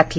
टाकली